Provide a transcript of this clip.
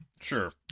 Sure